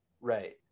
Right